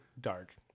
dark